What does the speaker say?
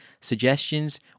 suggestions